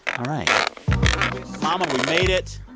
all right mama, we made it.